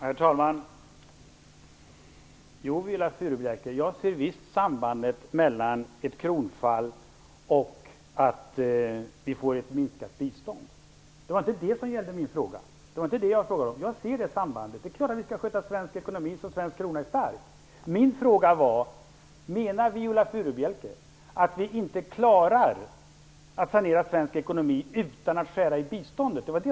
Herr talman! Jo, Viola Furubjelke, jag ser visst sambandet mellan ett kronfall och ett minskat bistånd. Det var inte detta som min fråga gällde. Jag ser det sambandet. Det är klart att vi skall sköta svensk ekonomi så att den svenska kronan blir stark. Min fråga var: Menar Viola Furubjelke att vi inte klarar att sanera svensk ekonomi utan att skära i biståndet?